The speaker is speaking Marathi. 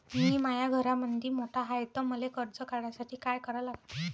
मी माया घरामंदी मोठा हाय त मले कर्ज काढासाठी काय करा लागन?